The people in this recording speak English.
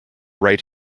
right